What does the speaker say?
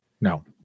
No